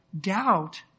doubt